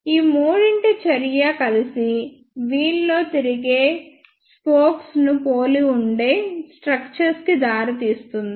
ఈ మూడింటి చర్య కలిసి వీల్ లో తిరిగే స్పోక్స్ ను పోలి ఉండే స్ట్రక్చర్ కి దారితీస్తుంది